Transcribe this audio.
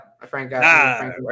frank